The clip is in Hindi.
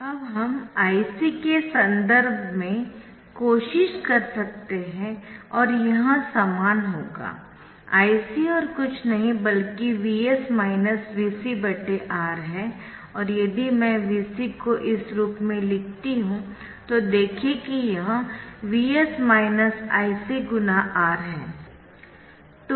अब हम Ic के संदर्भ में कोशिश कर सकते है और यह समान होगा Ic और कुछ नहीं बल्कि Vs Vc R है और यदि मैं Vc को इस रूप में लिखती हूँ तो देखें कि यह Vs Ic × R है